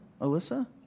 Alyssa